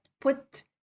put